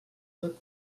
pot